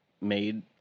made